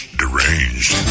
deranged